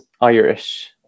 Irish